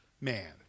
man